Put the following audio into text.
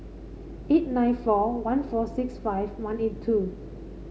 eight nine four one four six five one eight two